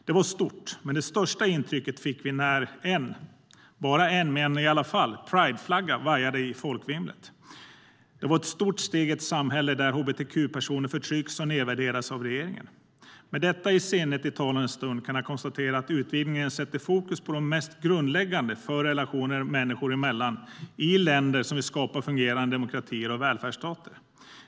Det var stort, men det största intrycket fick vi när en - bara en, men i alla fall - Prideflagga vajade i folkvimlet. Det var ett stort steg i ett samhälle där hbtq-personer förtrycks och nedvärderas av regeringen. Med detta i sinnet i talande stund kan jag konstatera att utvidgningen sätter fokus på det mest grundläggande för relationer människor emellan i länder som vill skapa fungerande demokratier och välfärdsstater.